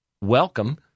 welcome